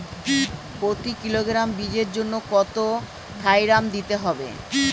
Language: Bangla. প্রতি কিলোগ্রাম বীজের জন্য কত থাইরাম দিতে হবে?